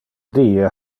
die